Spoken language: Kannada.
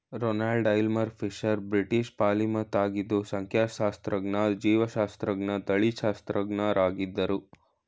Ronald Aylmer Fisher British polymath ಆಗಿದ್ದು ಸಂಖ್ಯಾಶಾಸ್ತ್ರಜ್ಞ ಜೀವಶಾಸ್ತ್ರಜ್ಞ ತಳಿಶಾಸ್ತ್ರಜ್ಞರಾಗಿದ್ರು